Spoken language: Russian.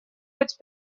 быть